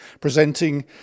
presenting